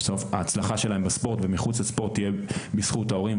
בסוף ההצלחה שלהם בספורט ומחוץ לספורט תהיה בזכות ההורים,